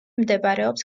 მდებარეობს